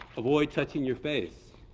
avoid touching your face.